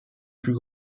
plus